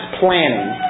planning